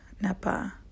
Napa